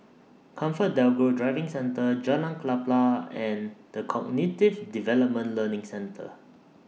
ComfortDelGro Driving Centre Jalan Klapa and The Cognitive Development Learning Centre